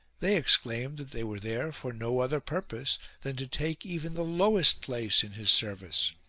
they ex claimed that they were there for no other purpose than to take even the lowest place in his service.